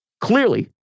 Clearly